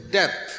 death